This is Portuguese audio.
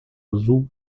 azul